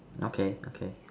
okay okay